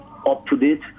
up-to-date